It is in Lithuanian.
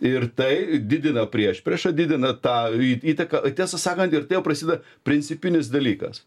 ir tai didina priešpriešą didina tą į įtaką tiesą sakant ir ta jau prasideda principinis dalykas